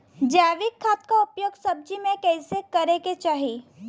जैविक खाद क उपयोग सब्जी में कैसे करे के चाही?